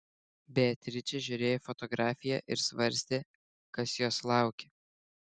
beatričė žiūrėjo į fotografiją ir svarstė kas jos laukia